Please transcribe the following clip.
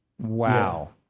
Wow